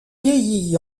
vieilli